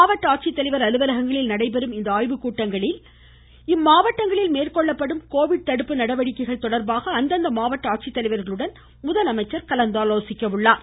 மாவட்ட ஆட்சித்தலைவர் அலுவலகங்களில் நடைபெறும் ஆய்வு கூட்டத்தில் இம்மாவட்டங்களில் மேற்கொள்ளப்படும் கோவிட் தடுப்பு நடவடிக்கைகள் தொடர்பாக அந்தந்த மாவட்ட ஆட்சித்தலைவர்களுடன் முதலமைச்சர் கலந்தாலோசிக்கிறார்